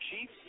Chief